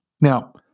Now